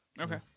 Okay